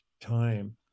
time